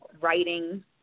writing